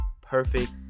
perfect